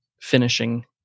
finishing